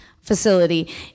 facility